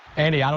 andy, ah